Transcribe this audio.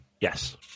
Yes